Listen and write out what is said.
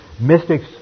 mystics